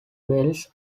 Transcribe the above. wells